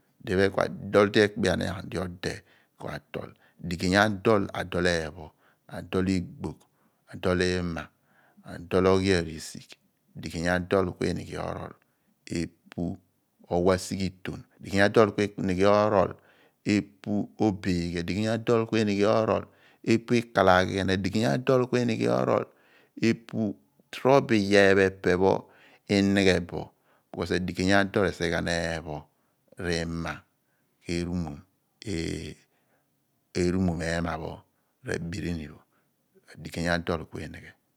Diphe ku ado di ekpeanan di ode k'atol deey adol r'dol oghiarisigh adigeny adol ku inighe orol epu owa sighiton adigeny adol ku uimighe orol epu obeghi adigey adol ku mighe orol epu ikalaghian adigey adol ku mighe orol epu torobo iyaar pho epe i/nighe bo because adigey adol r'esighe gham eepho r'ima ku erumom ehma pho r'abirinu pho adigey adol ku nighe